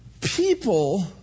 people